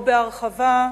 או בהרחבה: